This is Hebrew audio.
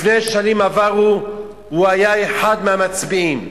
בשנים עברו הוא היה אחד מהמצביעים.